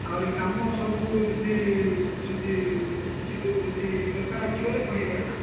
ଆହୁରି କାମ ସବୁ ଯଦି ଯଦି ଯଦି କିଛି ଯଦି ଦରକାର ଅଛି ବୋଲେ କହିବେ ହେଲା